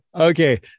Okay